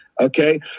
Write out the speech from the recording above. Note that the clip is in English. Okay